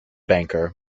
banker